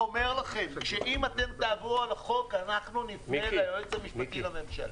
ואם אתם תעברו על החוק אנחנו נפנה ליועץ המשפטי לממשלה.